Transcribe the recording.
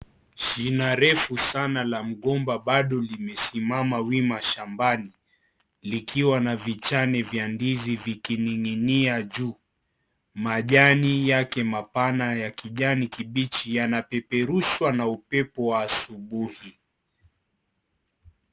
Shina refu sana la mgomba bado limesimama wima shambani likiwa na vichane vya ndizi vikining'inia juu. Majani yake mapana ya kijani kibichi yanapeperushwa na upepo asubuhi.